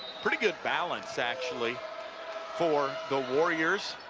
pretty good balance actually for the warriors